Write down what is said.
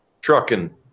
trucking